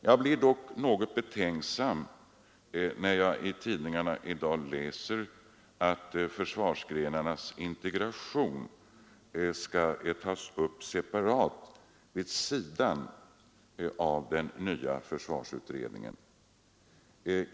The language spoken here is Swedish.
Jag blir dock något betänksam då jag läser i tidningarna om att försvarsgrenarnas integration kanske skall tas upp separat vid sidan av den nya försvarsutredningen.